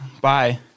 Bye